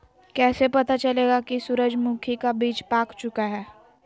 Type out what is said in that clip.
कैसे पता चलेगा की सूरजमुखी का बिज पाक चूका है?